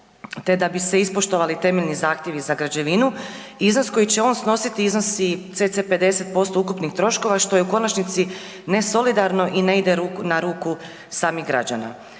te da bi se ispostavili temeljni zahtjevi za građevinu iznos koji će on snositi cc 50% ukupnih troškova što je u konačnici nesolidarno i ne ide na ruku samih građana.